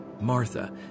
Martha